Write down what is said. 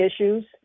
issues